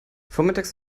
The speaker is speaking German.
vormittags